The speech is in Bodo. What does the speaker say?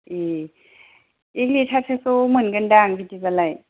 ए एक लिटारसोखौ मोनगोन दां बिदिब्लाय